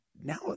now